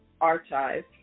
Archive